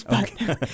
Okay